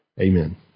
Amen